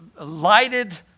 lighted